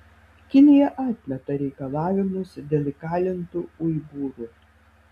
kinija atmeta reikalavimus dėl įkalintų uigūrų